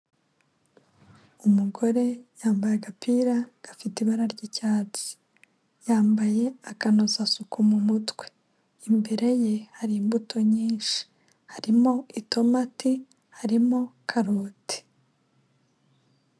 Umugore yambaye agapira gafite ibara ry'icyatsi yambaye akanozasuku mu mutwe, imbere ye hari imbuto nyinshi harimo itomati harimo karoti.